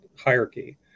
hierarchy